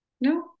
No